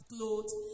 clothes